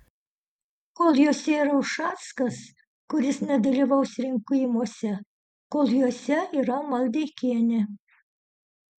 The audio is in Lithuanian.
kol jose yra ušackas kuris nedalyvaus rinkimuose kol juose yra maldeikienė